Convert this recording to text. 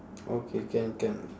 okay can can